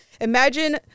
Imagine